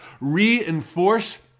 reinforce